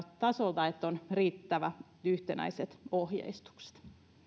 myöskin että on riittävän yhtenäiset ohjeistukset